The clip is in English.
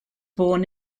born